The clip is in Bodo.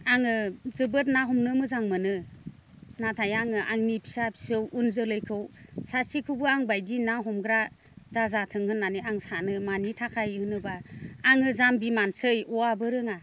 आङो जोबोद ना हमनो मोजां मोनो नाथाय आङो आंनि फिसा फिसौ उन जोलैखौ सासेखौबो आं बायदि ना हमग्रा दाजाथों होननानै आं सानो मानि थाखाय होनोब्ला आङो जामबि मानसै अ आबो रोङा